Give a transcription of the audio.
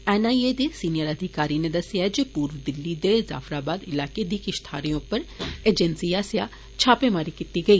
N I A दे senior अधिकारी नै दस्सेआ ऐ जे पूर्व दिल्ली दे जाफाराबाद इलाके दी किष थाहरें उप्पर अजेंसी आस्सेआ छापे मारी कीती गेई